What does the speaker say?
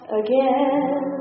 again